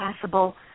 possible